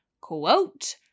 quote